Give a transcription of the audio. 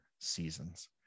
seasons